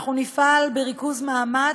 אנחנו נפעל בריכוז מאמץ,